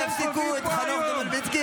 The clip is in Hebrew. סדרנים, אני מבקש שיפסיקו את חנוך דב מלביצקי.